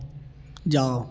जाओ